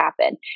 happen